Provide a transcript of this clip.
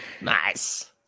Nice